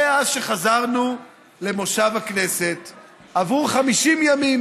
מאז שחזרנו למושב הכנסת עברו 50 ימים.